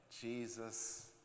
Jesus